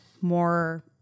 more